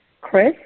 Chris